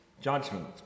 judgment